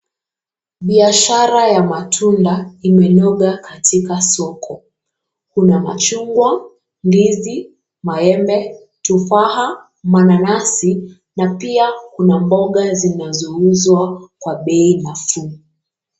Biashara ya matunda imenoga katika soko. Kuna machungwa, ndizi, maembe, tufaha, mananasi na pia kuna mboga zinazouzwa kwa bei nafuu.